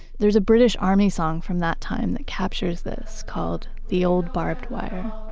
there's a british army song from that time that captures this called, the old barbed wire